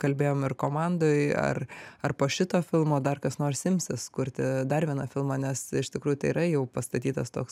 kalbėjom ir komandoj ar ar po šito filmo dar kas nors imsis kurti dar vieną filmą nes iš tikrųjų tai yra jau pastatytas toks